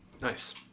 Nice